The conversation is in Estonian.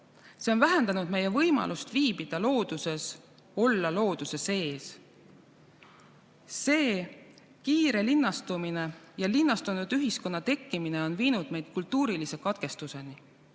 See on vähendanud meie võimalust viibida looduses, olla looduse sees. Kiire linnastumine ja linnastunud ühiskonna tekkimine on viinud meid kultuurilise katkestuseni,